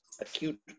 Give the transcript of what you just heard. acute